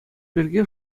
пирки